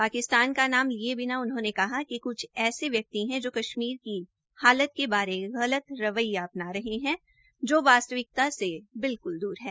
पाकिस्तान का नाम लिए बिना उन्होंने कहा कि क्छ ऐसे व्यक्ति हैं जो कश्मीर की हालत के बारे में गलत रवैया अपना रहे हैं जो वास्तविकता से बिल्कुल दूर है